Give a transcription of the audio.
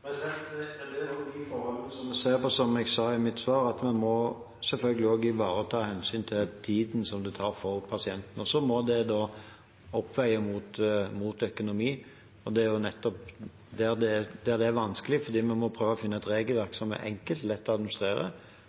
Det er også blant de forholdene vi ser på, som jeg sa i mitt svar. Vi må selvfølgelig også ivareta hensynet til tiden det tar for pasientene, og så må det oppveies mot økonomi. Det er nettopp der det er vanskelig, fordi vi må prøve å finne et regelverk som er enkelt og lett å administrere,